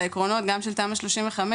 העקרונות גם של תמ"א 35,